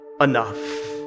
enough